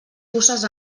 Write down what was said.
puces